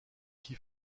qui